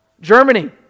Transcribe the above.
Germany